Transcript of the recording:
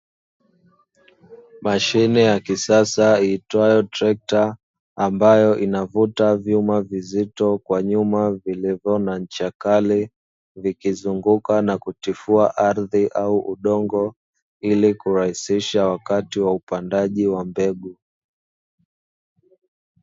Mashine ya kisasa iitwayo trekta ambayo inavuta vyuma vizito kwa nyuma vilivyo na ncha kali, vikizunguka na kutifua ardhi au udongo ili kurahisisha wakati wa upandaji wa mbegu.